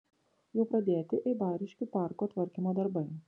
jau pradėti eibariškių parko tvarkymo darbai